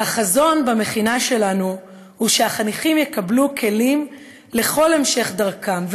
"החזון במכינה שלנו הוא שהחניכים יקבלו כלים לכל המשך דרכם,